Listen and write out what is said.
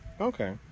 Okay